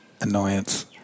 annoyance